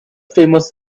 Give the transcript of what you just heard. famous